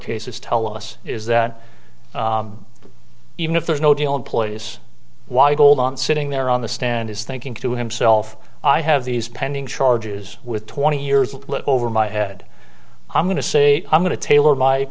cases tell us is that even if there's no deal employees why hold on sitting there on the stand is thinking to himself i have these pending charges with twenty years over my head i'm going to say i'm going to tailor my